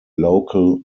local